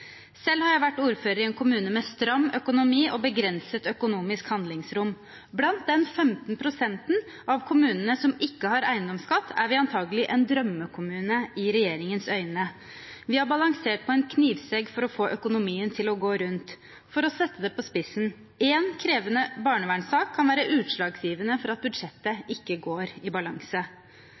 Selv har jeg vært ordfører i en kommune med stram økonomi og begrenset økonomisk handlingsrom. Blant de 15 pst. av kommunene som ikke har eiendomsskatt, er vi antakelig en drømmekommune i regjeringens øyne. Vi har balansert på en knivsegg for å få økonomien til å gå rundt. For å sette det på spissen: Én krevende barnevernssak kan være utslagsgivende for at budsjettet ikke går i balanse.